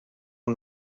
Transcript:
een